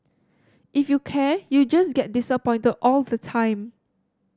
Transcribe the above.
if you care you just get disappointed all the time